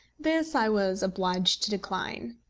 this i was obliged to decline.